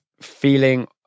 feeling